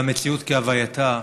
והמציאות כהווייתה